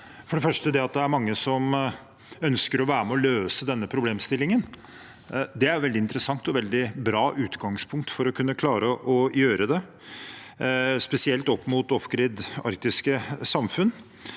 For det første: Det at det er mange som ønsker å være med og løse denne problemstillingen, er veldig interessant og et veldig bra utgangspunkt for å kunne klare å gjøre det, spesielt opp mot «off-grid» arktiske samfunn.